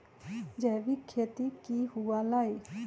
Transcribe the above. जैविक खेती की हुआ लाई?